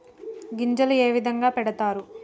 గింజలు ఏ విధంగా పెడతారు?